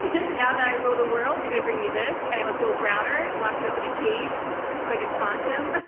this. now that i rule the world, you're gonna bring me this, and i want bill browder locked up in a cage so i can taunt him.